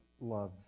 love